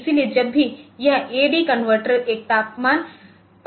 इसलिए जब भी यह ए डी कनवर्टर एक तापमान मान परिवर्तित करता है